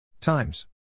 Times